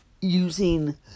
using